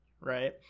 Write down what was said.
right